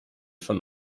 von